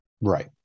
right